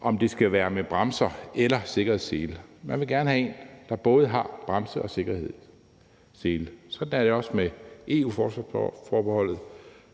om det skal være en med bremser eller sikkerhedsseler – man vil gerne have en, der både har bremser og sikkerhedsseler. Sådan er det også med EU-forsvarsforbeholdet